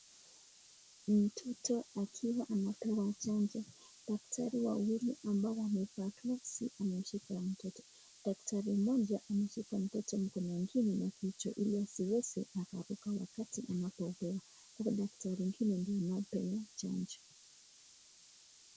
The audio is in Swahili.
Mtoto akiwa anapewa chanjo, daktari wawili ambao wamevaa gloves wamemshika huyo mtoto. Daktari mmoja amemshika huyo mtoto mguu na mwingine na kichwa ili asiweze akavuruga wakati anapopewa chanjo. Alafu daktari mwingine ndio anampa chanjo.